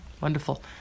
Wonderful